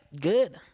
good